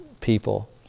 people